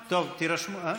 טוב, תירשמו.